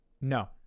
No